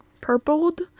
Purpled